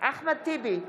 אחמד טיבי,